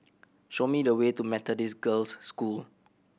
show me the way to Methodist Girls' School